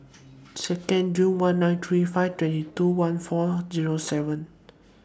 Second June one nine three five twenty two one four Zero seven